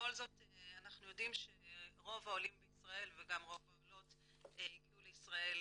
בכל זאת אנחנו יודעים שרוב העולים בישראל וגם רוב העולות הגיעו לישראל